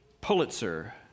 Pulitzer